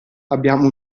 abbiamo